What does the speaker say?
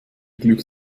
glück